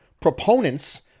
Proponents